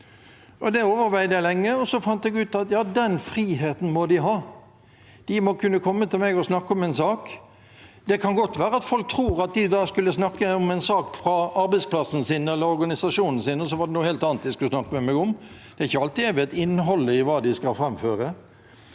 Det overveide jeg lenge, og så fant jeg ut: Ja, den friheten må de ha. De må kunne komme til meg og snakke om en sak. Det kan godt være at folk tror at de da skulle snakke om en sak fra arbeidsplassen sin eller organisasjonen sin, og så var det noe helt annet de skulle snakke med meg om – det er ikke alltid jeg vet innholdet i hva de skal framføre.